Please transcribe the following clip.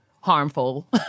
harmful